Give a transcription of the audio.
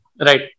Right